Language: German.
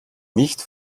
nicht